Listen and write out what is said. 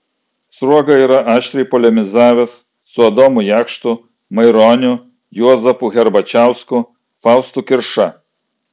sruoga yra aštriai polemizavęs su adomu jakštu maironiu juozapu herbačiausku faustu kirša